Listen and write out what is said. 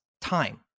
time